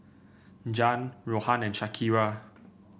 Zhane Rohan and Shakira